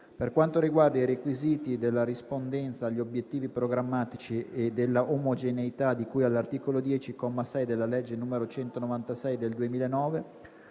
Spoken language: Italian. Per quanto riguarda i requisiti della rispondenza agli obiettivi programmatici e della omogeneità, di cui all'articolo 10, comma 6, della legge n. 196 del 2009,